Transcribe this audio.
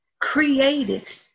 created